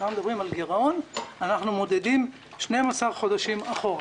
כשאנחנו מדברים על גירעון אנחנו מודדים 12 חודשים אחורה.